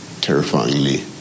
terrifyingly